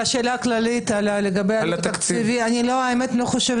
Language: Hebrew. בשאלה הכללית לגבי התקציב אני לא חושבת